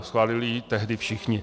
Schválili ji tehdy všichni.